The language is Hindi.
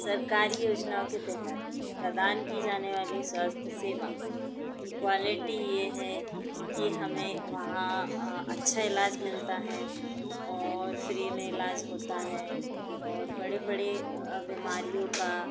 सरकारी योजनाओं के तहत प्रदान की जाने वाली स्वास्थ्य सेवा की क्वालटी यह है कि हमें वहाँ अच्छा इलाज मिलता है और फ्री में इलाज होता है और बड़ी बड़ी बिमारियों का